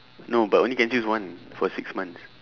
no but only can choose one for six months